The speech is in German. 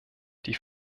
die